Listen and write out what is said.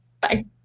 Bye